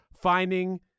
finding